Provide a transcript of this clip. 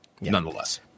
Nonetheless